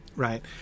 Right